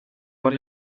what